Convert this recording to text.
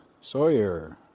Sawyer